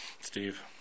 Steve